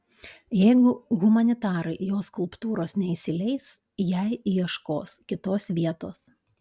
jeigu humanitarai jo skulptūros neįsileis jai ieškos kitos vietos